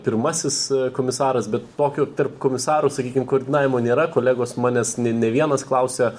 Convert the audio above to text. pirmasis komisaras bet tokio tarp komisarų sakykim koordinavimo nėra kolegos manęs ne ne vienas klausia